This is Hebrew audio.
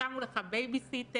שמו לך בייביסיטר